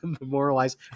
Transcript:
memorialized